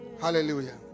Hallelujah